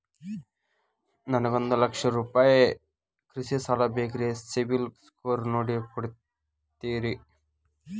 ನನಗೊಂದ ಲಕ್ಷ ರೂಪಾಯಿ ಕೃಷಿ ಸಾಲ ಬೇಕ್ರಿ ಸಿಬಿಲ್ ಸ್ಕೋರ್ ನೋಡಿ ಕೊಡ್ತೇರಿ?